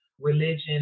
religion